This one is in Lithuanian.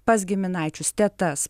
pas giminaičius tetas